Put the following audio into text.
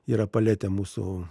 yra paletė mūsų